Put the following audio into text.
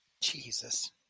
Jesus